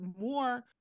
more